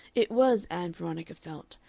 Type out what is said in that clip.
it was, ann veronica felt,